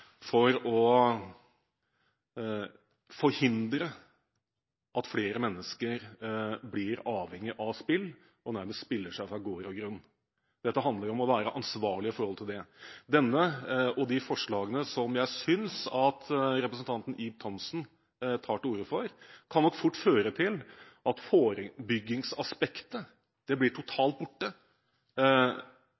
for å forhindre at flere mennesker blir avhengig av spill og nærmest spiller seg fra gård og grunn. Dette handler om å være ansvarlig når det gjelder dette. De forslagene som jeg synes representanten Ib Thomsen tar til orde for, kan nok fort føre til at forebyggingsaspektet blir totalt borte. Med hensyn til spilleavhengighet blir det